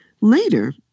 Later